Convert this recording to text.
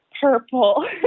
purple